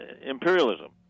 imperialism